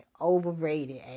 overrated